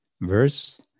verse